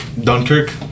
Dunkirk